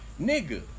nigga